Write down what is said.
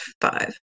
five